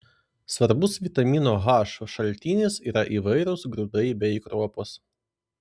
svarbus vitamino h šaltinis yra įvairūs grūdai bei kruopos